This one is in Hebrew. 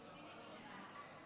חבריי השרים,